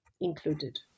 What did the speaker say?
included